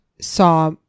saw